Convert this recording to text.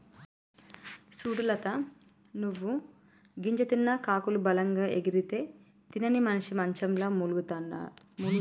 సూడు లత నువ్వు గింజ తిన్న కాకులు బలంగా ఎగిరితే తినని మనిసి మంచంల మూల్గతండాడు